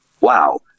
wow